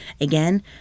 Again